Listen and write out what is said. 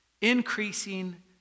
Increasing